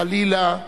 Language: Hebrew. חלילה,